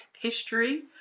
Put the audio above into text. history